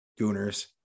gooners